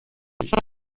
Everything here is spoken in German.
nicht